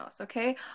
okay